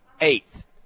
eighth